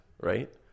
right